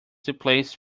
displaced